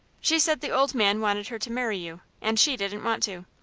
she said the old man wanted her to marry you, and she didn't want to.